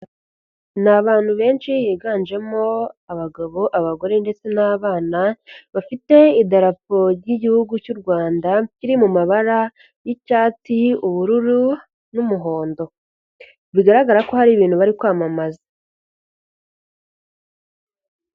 Ni abantu benshi higanjemo abagabo, abagore ndetse n'abana bafite idarapo ry'Igihugu cy'u Rwanda riri mu mabara y'icyatsi, ubururu n'umuhondo, bigaragara ko hari ibintu bari kwamamaza.